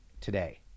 today